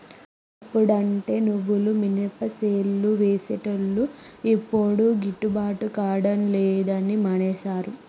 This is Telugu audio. ఓ అప్పుడంటే నువ్వులు మినపసేలు వేసేటోళ్లు యిప్పుడు గిట్టుబాటు కాడం లేదని మానేశారు